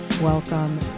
welcome